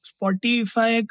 Spotify